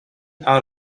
out